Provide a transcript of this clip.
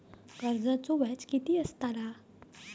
कर्जाचो व्याज कीती असताला?